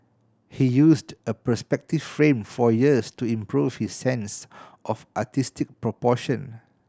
he used a perspective frame for years to improve his sense of artistic proportion